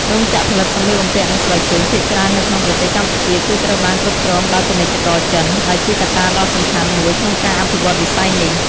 រោងចក្រផលិតសម្លៀកបំពាក់និងស្បែកជើងភាគច្រើននៅក្នុងប្រទេសកម្ពុជាគឺត្រូវបានគ្រប់គ្រងដោយពាណិជ្ជករចិន ដែលជាកត្តាដ៏សំខាន់មួយក្នុងការអភិវឌ្ឍវិស័យនេះ។